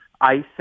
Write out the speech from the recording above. ICE